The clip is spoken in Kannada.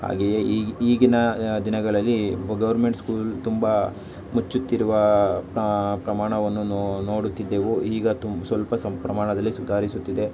ಹಾಗೆಯೇ ಈಗ ಈಗಿನ ದಿನಗಳಲ್ಲಿ ಗೌರ್ಮೆಂಟ್ ಸ್ಕೂಲ್ ತುಂಬ ಮುಚ್ಚುತ್ತಿರುವ ಪ್ರಮಾಣವನ್ನು ನೋಡುತ್ತಿದ್ದೆವು ಈಗ ತುಮ್ ಸ್ವಲ್ಪ ಸಮ್ ಪ್ರಮಾಣದಲ್ಲಿ ಸುಧಾರಿಸುತ್ತಿದೆ